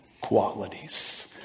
qualities